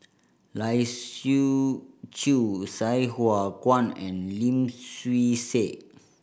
Lai Siu Chiu Sai Hua Kuan and Lim Swee Say